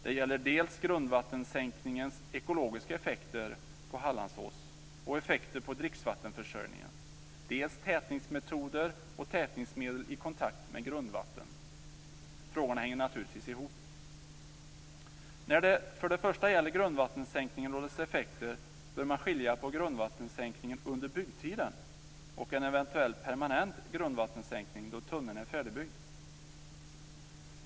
Det gäller dels grundvattensänkningens ekologiska effekter på Hallandsås och effekter på dricksvattenförsörjningen, dels tätningsmetoder och tätningsmedel i kontakt med grundvatten. Frågorna hänger naturligtvis ihop. När det för det första gäller grundvattensänkningen och dess effekter bör man skilja på grundvattensänkningen under byggtiden och en eventuell permanent grundvattensänkning då tunneln är färdigbyggd.